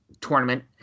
tournament